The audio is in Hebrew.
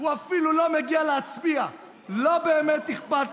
עליך נאמר: אל תסתכלו בקנקן אלא במה שיש בו,